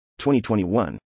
2021